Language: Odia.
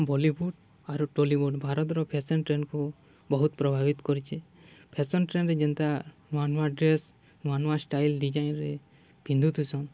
ବଲିଉଡ଼୍ ଆରୁ ଟଲିଉଡ଼୍ ଭାରତର ଫ୍ୟାସନ୍ ଟ୍ରେଣ୍ଡ୍କୁ ବହୁତ୍ ପ୍ରଭାବିତ୍ କରିଚେ ଫ୍ୟାସନ୍ ଟ୍ରେଣ୍ଡ୍ରେ ଯେନ୍ତା ନୂଆ ନୂଆ ଡ୍ରେସ୍ ନୂଆ ନୂଆ ଷ୍ଟାଇଲ୍ ଡିଜାଇନ୍ରେ ପିନ୍ଧୁଥିସନ୍